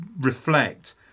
reflect